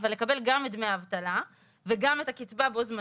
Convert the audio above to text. לקבל גם את דמי האבטלה וגם את הקצבה בו זמנית,